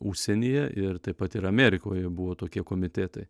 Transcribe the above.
užsienyje ir taip pat ir amerikoje buvo tokie komitetai